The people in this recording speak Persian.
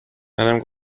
منم